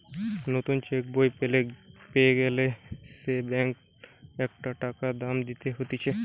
নতুন চেক বই পেতে গ্যালে সে ব্যাংকে একটা টাকা দাম দিতে হতিছে